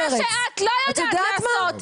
את יודעת מה?